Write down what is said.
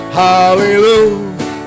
hallelujah